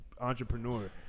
entrepreneur